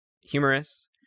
humorous